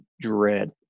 dread